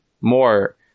more